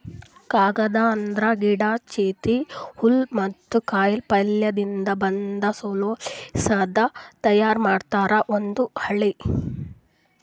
ಕಾಗದ್ ಅಂದ್ರ ಗಿಡಾ, ಚಿಂದಿ, ಹುಲ್ಲ್ ಮತ್ತ್ ಕಾಯಿಪಲ್ಯಯಿಂದ್ ಬಂದ್ ಸೆಲ್ಯುಲೋಸ್ನಿಂದ್ ತಯಾರ್ ಮಾಡಿದ್ ಒಂದ್ ಹಾಳಿ